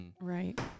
Right